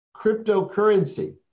cryptocurrency